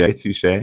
touche